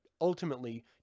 ultimately